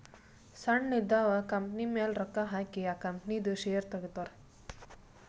ಸಣ್ಣು ಇದ್ದಿವ್ ಕಂಪನಿಮ್ಯಾಲ ರೊಕ್ಕಾ ಹಾಕಿ ಆ ಕಂಪನಿದು ಶೇರ್ ತಗೋತಾರ್